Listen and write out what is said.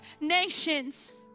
nations